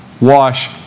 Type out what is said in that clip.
wash